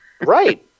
Right